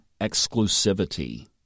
exclusivity